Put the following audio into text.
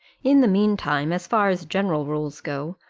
in the mean time, as far as general rules go,